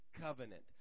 Covenant